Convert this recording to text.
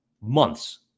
months